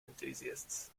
enthusiasts